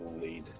lead